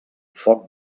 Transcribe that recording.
foc